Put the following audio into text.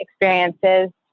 experiences